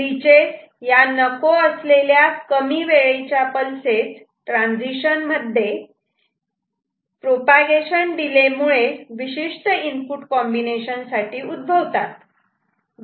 glitches या नको असलेल्या कमी वेळेच्या पल्सेस ट्रान्झिशन मध्ये मर्यादित प्रोपागेशन डिले मुळे विशिष्ट इनपुट कॉम्बिनेशन साठी उद्भवतात